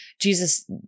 Jesus